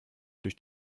durch